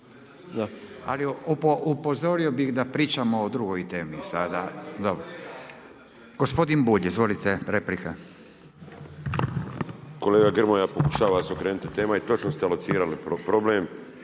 ali upozorio bih da pričamo o drugoj temi sada. Dobro. Gospodin Bulj, izvolite replika. **Bulj, Miro (MOST)** Kolega Grmoja, pokušava se okrenuti tema i točno ste locirali problem,